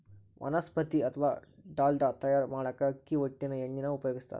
ವನಸ್ಪತಿ ಅತ್ವಾ ಡಾಲ್ಡಾ ತಯಾರ್ ಮಾಡಾಕ ಅಕ್ಕಿ ಹೊಟ್ಟಿನ ಎಣ್ಣಿನ ಉಪಯೋಗಸ್ತಾರ